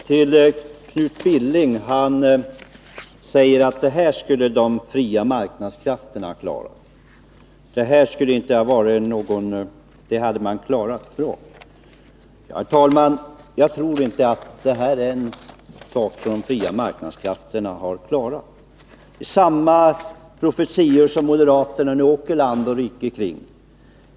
Herr talman! Knut Billing säger att det här skulle de fria marknadskrafterna klara bra. Jag tror inte, herr talman, att detta är en sak som de fria marknadskrafterna har klarat. Vi har här hört samma profetior som moderaterna nu förkunnar land och rike kring.